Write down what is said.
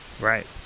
right